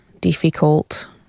difficult